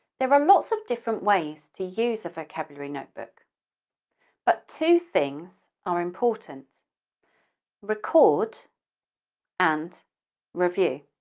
there are lots of different ways to use a vocabulary network but two things are important record and review.